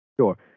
Sure